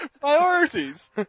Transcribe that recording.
Priorities